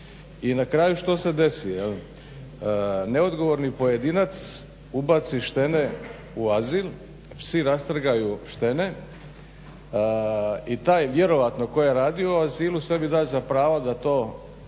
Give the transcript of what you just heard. i na kraju što se desi, jel? Neodgovorni pojedinac ubaci štene u azil, psi rastrgaju štene i taj vjerojatno ko je radio u azilu sebi daje za pravo da to